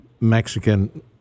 Mexican